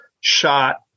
shot